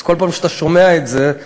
אז כל פעם שאתה שומע את זה,